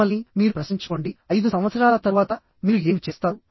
మిమ్మల్ని మీరు ప్రశ్నించుకోండి 5 సంవత్సరాల తరువాత మీరు ఏమి చేస్తారు